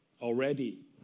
already